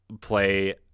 play